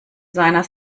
seiner